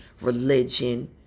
religion